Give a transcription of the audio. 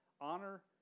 Honor